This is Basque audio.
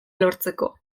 lortzeko